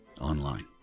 online